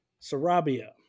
Sarabia